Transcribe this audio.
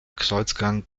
kreuzgang